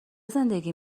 زندگی